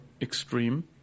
extreme